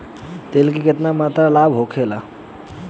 तेल के केतना मात्रा लाभ होखेला?